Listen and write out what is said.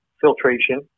filtration